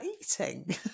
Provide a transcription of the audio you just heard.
eating